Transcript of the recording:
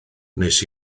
wnes